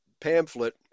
pamphlet